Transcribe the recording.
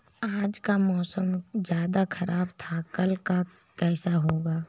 आज का मौसम ज्यादा ख़राब था कल का कैसा रहेगा?